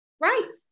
Right